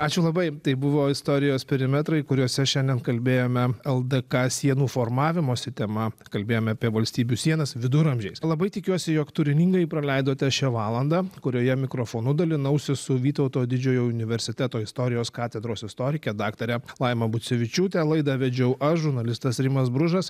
ačiū labai tai buvo istorijos perimetrai kuriose šiandien kalbėjome ldk sienų formavimosi tema kalbėjome apie valstybių sienas viduramžiais labai tikiuosi jog turiningai praleidote šią valandą kurioje mikrofonu dalinausi su vytauto didžiojo universiteto istorijos katedros istorik daktare laima bucevičiūte laidą vedžiau aš žurnalistas rimas bružas